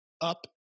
up